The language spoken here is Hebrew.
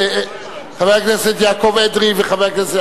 חבר הכנסת יעקב אדרי וחבר הכנסת,